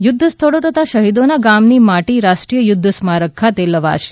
યુદ્ધ સ્થળો તથા શહીદોના ગામની માટી રાષ્ટ્રીય યુદ્ધ સ્મારક ખાતે લવાશે